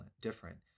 different